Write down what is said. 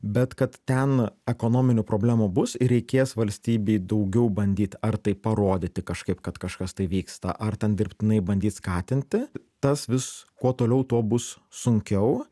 bet kad ten ekonominių problemų bus ir reikės valstybei daugiau bandyt ar tai parodyti kažkaip kad kažkas tai vyksta ar ten dirbtinai bandyt skatinti tas vis kuo toliau tuo bus sunkiau